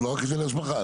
לא רק היטלי השבחה,